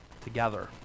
together